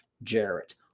Jarrett